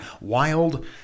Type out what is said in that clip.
wild